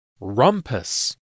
Rumpus